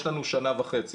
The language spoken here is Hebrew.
יש לנו שנה וחצי,